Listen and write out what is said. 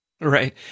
Right